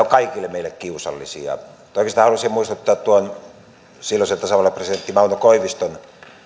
kaikille meille kiusallisia mutta oikeastaan halusin muistuttaa silloisen tasavallan presidentti mauno koiviston